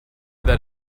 that